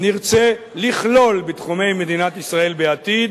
נרצה לכלול בתחומי מדינת ישראל בעתיד